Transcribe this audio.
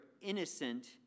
innocent